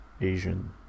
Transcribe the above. Asian